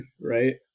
right